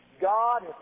God